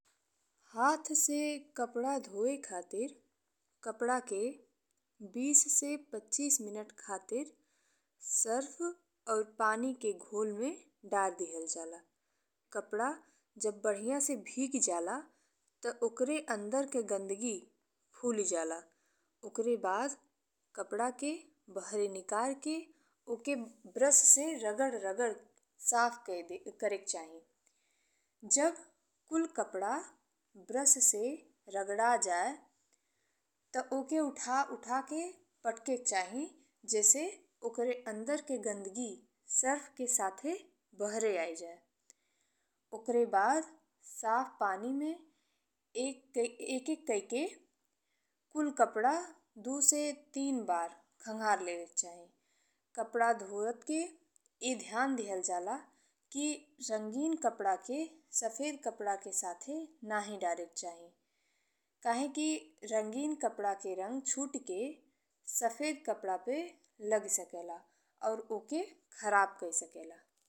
हाथ से कपड़ा धोवे खातिर कपड़ा के बीस से पच्चीस मिनट खातिर सर्फ और पानी के घोल में डार दिहल जाला। कपड़ा जब बढ़िया से भीगी जाला ते ओकर अंदर के गंदगी फुली जाला ओकर बाद कपड़ा के बाहरे निष्करी के ओके ब्रुस से रगड़ रगड़ साफ करे के चाही। जब कुल कपड़ा ब्रुस से रगड़ा जाए ते ओके उठा उठा के पटकके चाही जईसे ओकर अंदर के गंदगी सर्फ के साथे बाहरे आ जाई। ओकर बाद साफ पानी में एक कइ-एक एक कइ के कुल कपड़ा दू से तीन बार खंघार लेवे के चाही। कपड़ा धोवे के ई ध्यान दिहल जाला कि रंगीन कपड़ा के सफेद कपड़ा के साथे नाहीं डारे के चाही काहे कि रंगीन कपड़ा के रंग छूटी के सफेद कपड़ा पे लागी सकेला और ओके खराब कई सकेला।